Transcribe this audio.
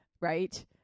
right